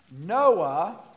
Noah